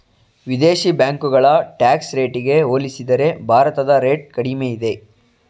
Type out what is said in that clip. ವಿದೇಶಿ ಬ್ಯಾಂಕುಗಳ ಟ್ಯಾಕ್ಸ್ ರೇಟಿಗೆ ಹೋಲಿಸಿದರೆ ಭಾರತದ ರೇಟ್ ಕಡಿಮೆ ಇದೆ